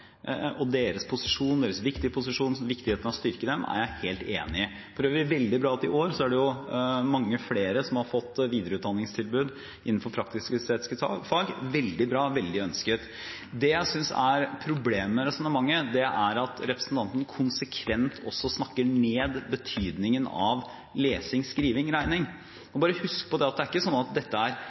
fagene, deres posisjon og viktigheten av å styrke dem, er jeg helt enig i. Det er for øvrig veldig bra at i år er det mange flere som har fått videreutdanningstilbud innenfor praktisk-estetiske fag – veldig bra, veldig ønsket. Det jeg synes er problemet med resonnementet, er at representanten konsekvent også snakker ned betydningen av lesing, skriving og regning. Man må huske på at hvis man f.eks. har en 2-er i matematikk, er